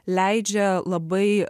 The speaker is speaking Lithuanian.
leidžia labai